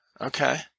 Okay